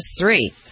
three